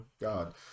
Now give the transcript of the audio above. God